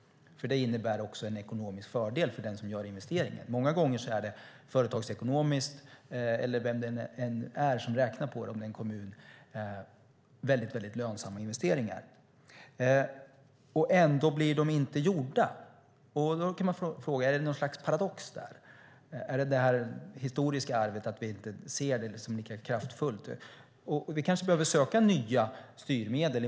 Det innebär också en ekonomisk fördel för den som gör investeringen. Vem som än räknar på det, och också om det är en kommun, är det många gånger rent företagsekonomiskt väldigt lönsamma investeringar. Ändå blir de inte gjorda. Man kan fråga sig om det är någon paradox där, att det historiska arvet gör att vi inte ser det som lika kraftfullt. Vi kanske behöver söka nya styrmedel.